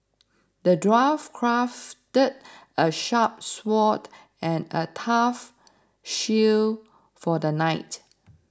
the dwarf crafted a sharp sword and a tough shield for the knight